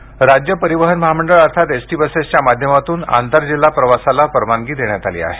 ST राज्य परिवहन महामंडळ अर्थात एसटी बसेसच्या माध्यमातून आंतरजिल्हा प्रवासाला परवानगी देण्यात आली आहे